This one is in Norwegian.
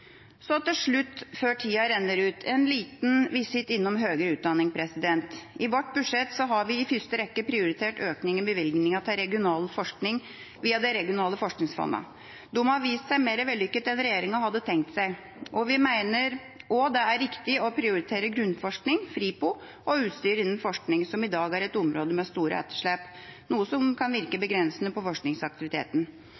Så til slutt, før tida renner ut, en liten visitt innom høyere utdanning: I vårt budsjett har vi i første rekke prioritert økning i bevilgningene til regional forskning via de regionale forskingsfondene. De har vist seg mer vellykket enn regjeringa hadde tenkt seg. Vi mener også det er riktig å prioritere grunnforskninga, FRIPRO, og utstyr innen forskning, som i dag er et område med store etterslep, noe som kan virke begrensende på forskningsaktiviteten.